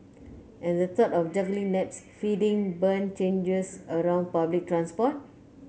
and the thought of juggling naps feeding bum changes around public transport